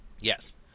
Yes